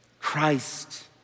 Christ